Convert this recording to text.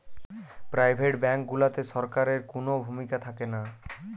private bank গুলাতে সরকারের কুনো ভূমিকা থাকেনা